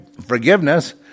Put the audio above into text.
forgiveness